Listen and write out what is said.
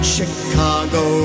Chicago